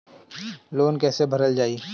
Loan कैसे भरल जाइ?